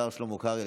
השר שלמה קרעי,